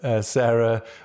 Sarah